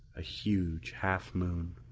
a huge half moon.